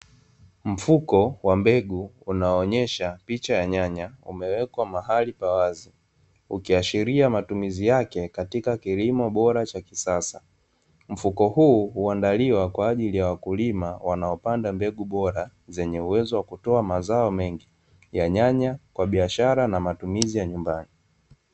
Mfuko wa mbegu, unaoonyesha picha ya nyanya, umewekwa mahali pa wazi ukiashiria matumizi yake katika kilimo bora cha kisasa. Mfuko huu huandaliwa kwa ajili ya wakulima wanaopanda mbegu bora, zenye uwezo wa kutoa mazao mengi ya nyanya kwa biashara na matumizi ya nyumbani.